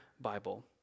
Bible